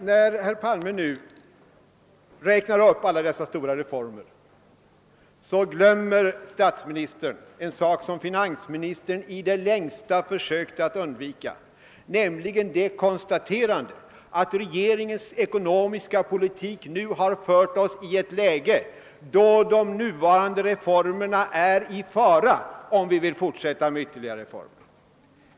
När herr Palme räknade upp alla stora reformer glömde han en sak som finansministern i det längsta försökte undvika, nämligen konstaterandet ati regeringens ekonomiska politik har försatt oss i ett sådant läge att de nuvarande reformerna är i fara om vi vill fortsätta med ytterligare reformverksamhet.